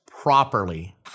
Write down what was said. properly